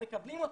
מקבלים אותו,